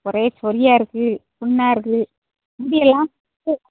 ஒரே சொரியாக இருக்குது புண்ணாக இருக்குது முடியெல்லாம்